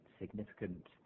significant